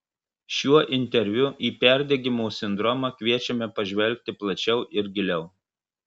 šiuo interviu į perdegimo sindromą kviečiame pažvelgti plačiau ir giliau